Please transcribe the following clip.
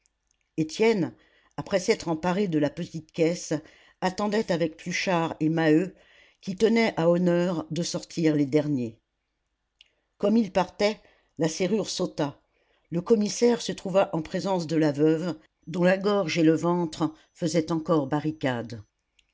étienne après s'être emparé de la petite caisse attendait avec pluchart et maheu qui tenaient à honneur de sortir les derniers comme ils partaient la serrure sauta le commissaire se trouva en présence de la veuve dont la gorge et le ventre faisaient encore barricade